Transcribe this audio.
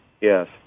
Yes